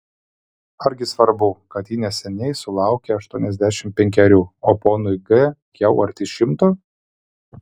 argi svarbu kad ji neseniai sulaukė aštuoniasdešimt penkerių o ponui g jau arti šimto